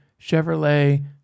Chevrolet